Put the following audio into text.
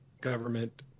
government